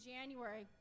January